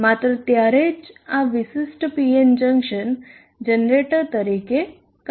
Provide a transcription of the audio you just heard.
માત્ર ત્યારે જ આ વિશિષ્ટ PN જંકશન જનરેટર તરીકે કાર્ય કરશે